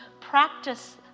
Practice